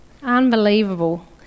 Unbelievable